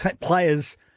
players